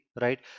right